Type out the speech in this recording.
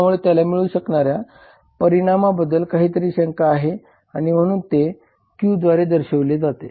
त्यामुळे त्याला मिळू शकणाऱ्या परिणामाबद्दल काहीतरी शंका आहे आणि म्हणून ते Q द्वारे दर्शविले जाते